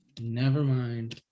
Nevermind